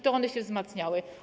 To one się wzmacniały.